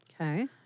Okay